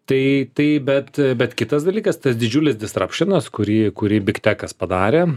tai tai bet bet kitas dalykas tas didžiulis distrapšinas kurį kurį big tekas padarė